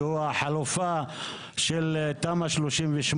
שהוא החלופה של תמ"א 38,